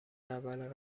اول